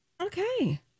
okay